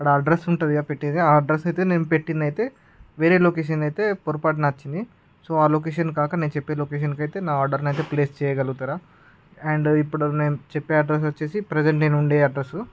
అక్కడ అడ్రస్ ఉంటుందిగా పెట్టేది ఆ అడ్రస్ అయితే నేను పెట్టింది అయితే వేరే లొకేషన్ అయితే పొరపాటున వచ్చింది సో ఆ లొకేషన్కాక నేను చెప్పే లొకేషన్కు అయితే నా ఆర్డర్ని అయితే ప్లేస్ చేయగలుగుతారా అండ్ ఇప్పుడు నేను చెప్పే అడ్రస్ వచ్చేసి ప్రజెంట్ నేను ఉండే అడ్రస్సు